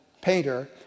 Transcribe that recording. painter